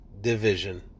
division